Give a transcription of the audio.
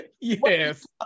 Yes